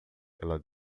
ela